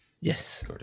Yes